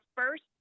first